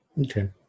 okay